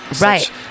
Right